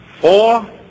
Four